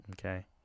Okay